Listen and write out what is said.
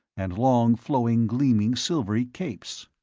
and long flowing gleaming silvery capes.